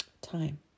time